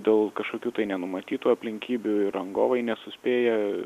dėl kažkokių tai nenumatytų aplinkybių rangovai nesuspėja